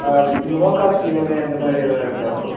ஆ low cost EMI அந்த மாதிரி ஏதாவது இருக்கா ப்ரோ